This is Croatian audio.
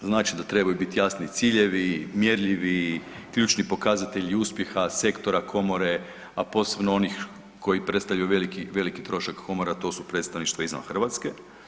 Znači da trebaju biti jasni ciljevi, mjerljivi, ključni pokazatelji uspjeha sektora, komore, a posebno onih koji predstavljaju veliki trošak Komore, a to su predstavništva izvan Hrvatske.